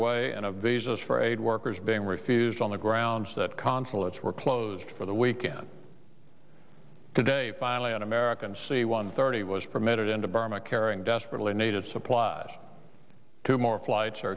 away and a visas for aid workers being refused on the grounds that consulates were closed for the weekend today finally an american c one thirty was permitted into burma carrying desperately needed supplies to more flights are